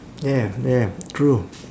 yeah yeah true